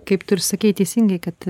kaip tu ir sakei teisingai kad